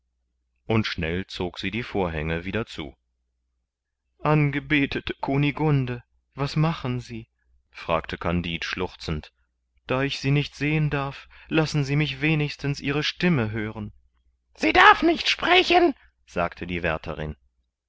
und schnell zog sie die vorhänge wieder zu angebetete kunigunde was machen sie fragte kandid schluchzend da ich sie nicht sehen darf lassen sie mich wenigstens ihre stimme hören sie darf nicht sprechen sagte die wärterin